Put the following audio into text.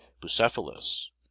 Bucephalus